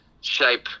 shape